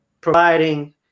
providing